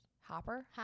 Hopper